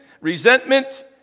resentment